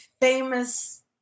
famous